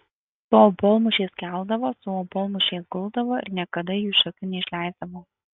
su obuolmušiais keldavo su obuolmušiais guldavo ir niekada jų iš akių neišleisdavo